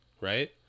Right